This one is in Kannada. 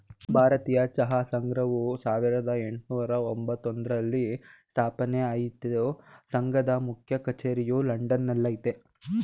ಭಾರತೀಯ ಚಹಾ ಸಂಘವು ಸಾವಿರ್ದ ಯೆಂಟ್ನೂರ ಎಂಬತ್ತೊಂದ್ರಲ್ಲಿ ಸ್ಥಾಪನೆ ಆಯ್ತು ಸಂಘದ ಮುಖ್ಯ ಕಚೇರಿಯು ಲಂಡನ್ ನಲ್ಲಯ್ತೆ